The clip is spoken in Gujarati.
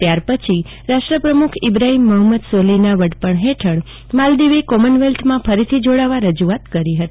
ત્યારપછી રાષ્ટ્રપ્રમખ ઈબ્રાહીમ મહંમદ સોલોહના વડપણ હેઠળ માલદીવે કોમનવેલ્થમાં ફરી થી જોડાવા રજ્આત કરી હતી